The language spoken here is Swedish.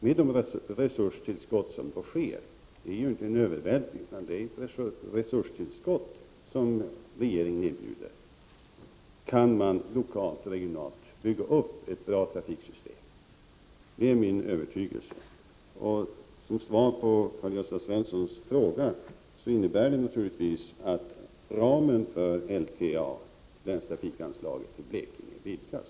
Med det resurstillskott som regeringen erbjuder — det är inte en övervältring — kan man lokalt och regionalt bygga upp ett bra trafiksystem. Det är min övertygelse. Svaret på Karl-Gösta Svensons fråga är att detta naturligtvis innebär att ramen för LTA, länstrafikanslaget, till Blekinge vidgas.